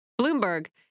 Bloomberg